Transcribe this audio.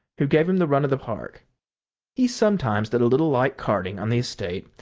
who gave him the run of the park he sometimes did a little light carting on the estate,